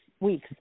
weeks